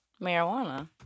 marijuana